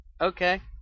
Okay